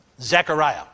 Zechariah